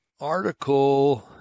article